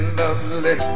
lovely